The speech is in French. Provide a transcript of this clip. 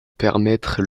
permettre